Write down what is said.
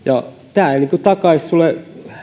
tämä takaisi sinulle